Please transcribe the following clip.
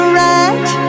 right